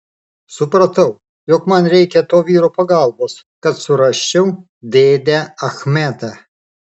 supratau jog man reikia to vyro pagalbos kad surasčiau dėdę achmedą